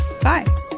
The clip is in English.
Bye